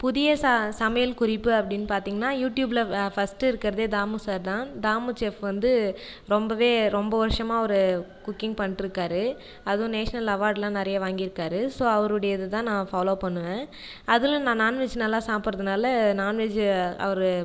புதிய சமையல் குறிப்பு அப்படின்னு பார்த்திங்ன்னா யூடியூபில் ஃபர்ஸ்ட் இருக்கிறதே தாமு சார் தான் தாமு செஃப் வந்து ரொம்பவே ரொம்ப வருஷமாக அவர் குக்கிங் பண்ணிட்டுருக்காரு அதுவும் நேஷனல் அவார்ட்லாம் நிறைய வாங்கி இருக்கார் ஸோ அவருடையதுதான் நான் ஃபாலோ பண்ணுவேன் அதில் நான் நான்வெஜ் நல்லா சாப்பிடறதுனால நான்வெஜ் அவர்